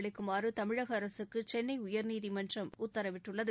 அளிக்குமாறு தமிழக அரசுக்கு சென்னை உயர்நீதிமன்றம் உத்தரவிட்டுள்ளது